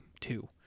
two